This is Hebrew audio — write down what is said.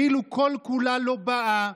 כאילו כל-כולה לא באה